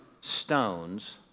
stones